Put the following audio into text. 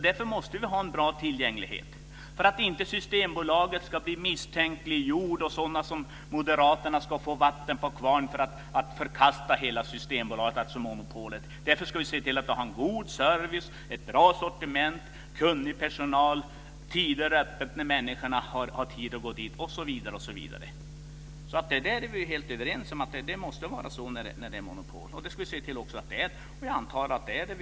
Därför måste vi ha en bra tillgänglighet för att inte Systembolaget ska bli misstänkliggjort och för att inte sådana som moderaterna ska få vatten på sin kvarn för att förkasta hela Systembolaget, alltså monopolet. Därför ska vi se till att vi har en god service, ett bra sortiment, kunnig personal, öppettider när människorna har tid att gå dit osv. Där är vi helt överens. Det måste vara så när det är monopol. Det ska vi också se till att det är, och jag antar att det är det.